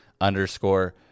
underscore